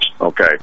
Okay